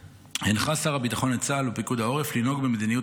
הנחה שר הביטחון את צה"ל ופיקוד העורף לנהוג במדיניות